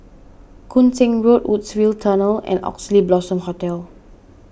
Koon Seng Road Woodsville Tunnel and Oxley Blossom Hotel